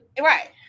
right